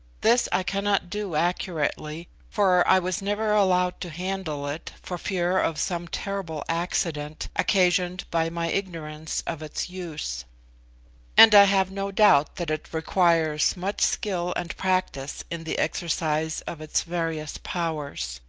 this i cannot do accurately, for i was never allowed to handle it for fear of some terrible accident occasioned by my ignorance of its use and i have no doubt that it requires much skill and practice in the exercise of its various powers.